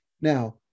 Now